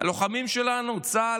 הלוחמים שלנו: צה"ל,